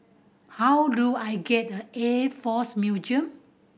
how do I get Air Force Museum